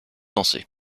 danser